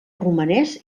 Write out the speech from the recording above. romanès